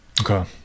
Okay